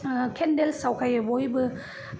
candles सावखायो बयबो